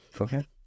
okay